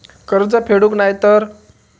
कर्ज फेडूक नाय तर?